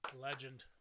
Legend